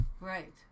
right